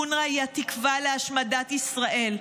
אונר"א היא התקווה להשמדת ישראל.